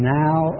now